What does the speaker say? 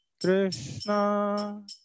Krishna